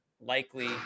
likely